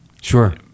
Sure